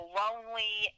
lonely